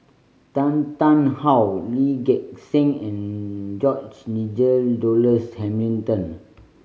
Tan Tarn How Lee Gek Seng and George Nigel Douglas Hamilton